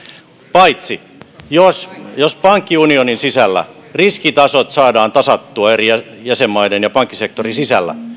paitsi jos jos pankkiunionin sisällä riskitasot saadaan tasattua eri jäsenmaiden ja pankkisektorin sisällä